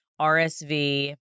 RSV